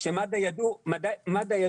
שמד"א ידעו לספק